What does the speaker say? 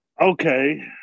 Okay